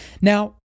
now